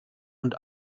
und